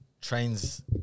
trains